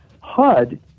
HUD